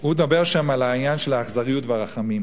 הוא דיבר שם על העניין של האכזריות והרחמים.